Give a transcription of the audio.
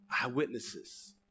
eyewitnesses